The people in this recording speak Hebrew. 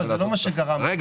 זה לא מה שגרם לכך,